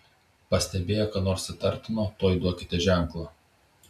pastebėję ką nors įtartino tuoj duokite ženklą